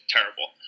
Terrible